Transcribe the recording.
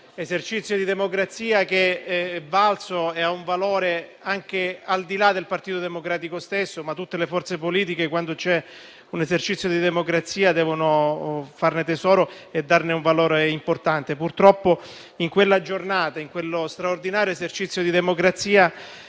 esercizio di democrazia che è valso e ha un valore anche al di là del Partito Democratico stesso. Tutte le forze politiche, infatti, quando c'è un esercizio di democrazia devono farne tesoro e attribuirgli un valore importante. Purtroppo in quella giornata, in quello straordinario esercizio di democrazia,